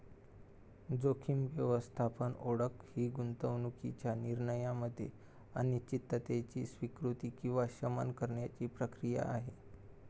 जोखीम व्यवस्थापन ओळख ही गुंतवणूकीच्या निर्णयामध्ये अनिश्चिततेची स्वीकृती किंवा शमन करण्याची प्रक्रिया आहे